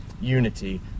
unity